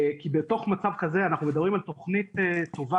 כי בתוך מצב כזה אנחנו מדברים על תוכנית טובה,